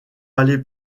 aller